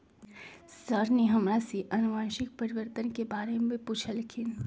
sir ने हमरा से अनुवंशिक परिवर्तन के बारे में पूछल खिन